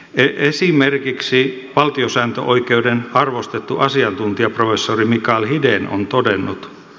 esimerkiksi valtiosääntöoikeuden arvostettu asiantuntija professori mikael hiden on todennut